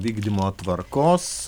vykdymo tvarkos